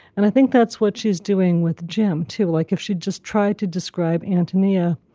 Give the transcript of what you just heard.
and i think that's what she's doing with jim, too. like if she'd just tried to describe antonia,